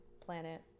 planet